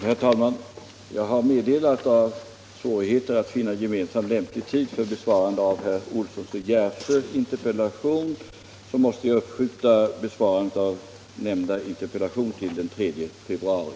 Herr talman! Jag vill meddela att det föreligger svårigheter att finna gemensam lämplig tidpunkt för besvarande av herr Olssons i Järvsö interpellation, varför besvarandet av nämnda interpellation måste uppskjutas till den 3 februari.